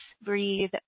breathe